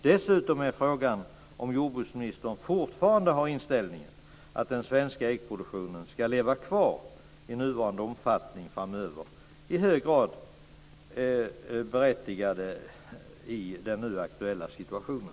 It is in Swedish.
Dessutom är frågan om ifall jordbruksministern fortfarande har inställningen att den svenska äggproduktionen framöver ska leva kvar i nuvarande omfattning i hög grad berättigad i den nu aktuella situationen.